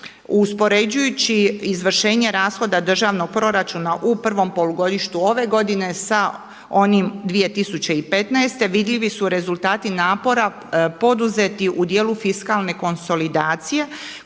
Uspoređujući izvršenje rashoda državnog proračuna u prvom polugodištu ove godine sa onim 2015. vidljivi su rezultati napora poduzeti u dijelu fiskalne konsolidacije